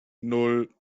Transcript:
nan